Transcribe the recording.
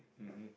mmhmm